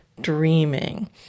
dreaming